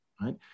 right